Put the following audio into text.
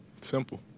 Simple